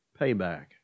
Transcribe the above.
payback